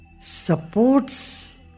supports